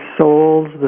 soul's